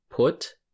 Put